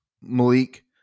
Malik